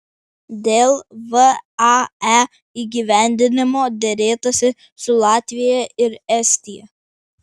dėl vae įgyvendinimo derėtasi su latvija ir estija